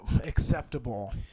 acceptable